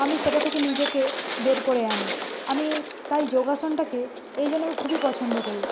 আমি সেটা থেকে নিজেকে বের করে আনি আমি তাই যোগাসনটাকে এই জন্য আমি খুবই পছন্দ করি